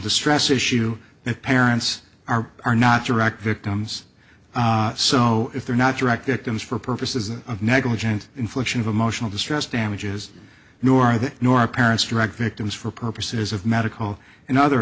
distress issue that parents are are not direct victims so if they're not directed at them for purposes of negligent infliction of emotional distress damages nor are they nor parents direct victims for purposes of medical and other